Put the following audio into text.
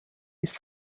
ist